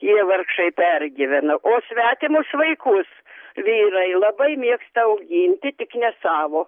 jie vargšai pergyvena o svetimus vaikus vyrai labai mėgsta auginti tik ne savo